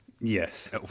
Yes